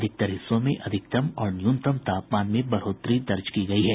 अधिकतर हिस्सों में अधिकतम और न्यूनतम तापमान में बढ़ोतरी दर्ज की गयी है